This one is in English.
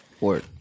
Word